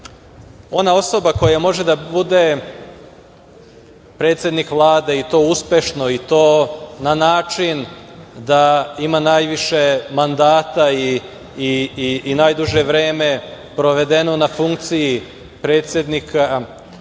osoba koja može da bude predsednik Vlade, i to uspešno i to na način da ima najviše mandata i najduže vreme provedeno na funkciji predsednika